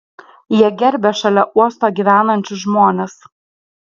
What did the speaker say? jie gerbia šalia uosto gyvenančius žmones